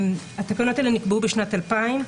התקנות האלה נקבעו בשנת 2000,